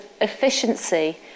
efficiency